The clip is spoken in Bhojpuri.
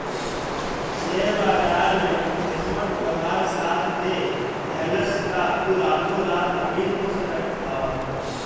शेयर बाजार में किस्मत तोहार साथ दे देहलस तअ तू रातो रात अमीर हो सकत हवअ